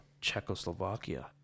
Czechoslovakia